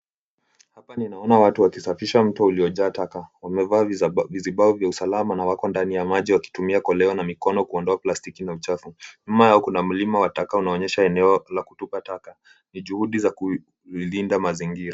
Hapa ninaona watu wakisafisha mto uliojaa taka. Wamevaa vizibao vya usalama na wako ndani ya maji wakitumia koleo na mikono kuondoa plastiki na uchafu. Nyuma yao kuna mlima wa taka unaonyesha eneo la kutupa taka. Ni juhudi za kulinda mazingira.